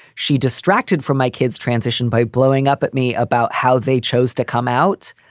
she distracted from my kids transition by blowing up at me about how they chose to come out.